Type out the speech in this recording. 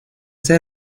ser